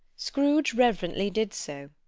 scrooge reverently did so.